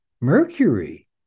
Mercury